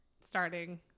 starting